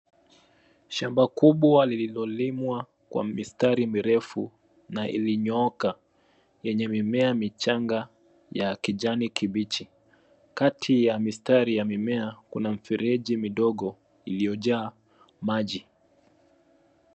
Shamba kubwa lililolimwa kwa mistari mirefu na iliyonyooka yenye mimea michanga ya kijani kibichi. Kati ya mistari ya mimea kuna mifereji midogo iliyojaa maji.